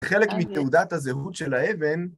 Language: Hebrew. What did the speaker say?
חלק מתעודת הזהות של האבן.